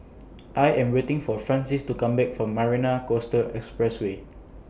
I Am waiting For Francies to Come Back from Marina Coastal Expressway